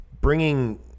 bringing